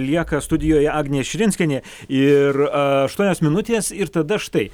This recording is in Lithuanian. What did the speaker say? lieka studijoje agnė širinskienė ir aštuonios minutės ir tada štai